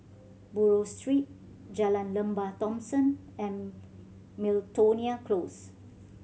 Buroh Street Jalan Lembah Thomson and Miltonia Close